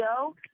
go